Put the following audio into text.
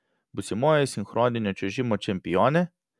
būsimoji sinchroninio čiuožimo čempionė